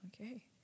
Okay